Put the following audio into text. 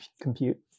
compute